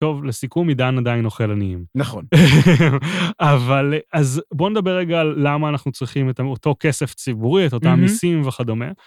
טוב, לסיכום, עידן עדיין אוכל עניים. נכון. אבל אז בוא נדבר רגע על למה אנחנו צריכים את אותו כסף ציבורי, את אותם מיסים וכדומה.